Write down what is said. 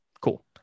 Cool